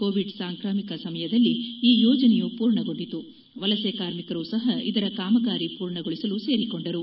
Covid ಸಾಂಕ್ರಾಮಿಕ ಸಮಯದಲ್ಲಿ ಈ ಯೋಜನೆಯು ಪೂರ್ಣಗೊಂಡಿಗು ವಲಸೆ ಕಾರ್ಮಿಕರು ಸಹ ಇದರ ಕಾಮಗಾರಿ ಪೂರ್ಣಗೊಳಿಸಲು ಸೇರಿಕೊಂಡರು